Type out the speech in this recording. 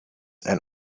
and